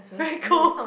very cold